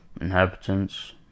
inhabitants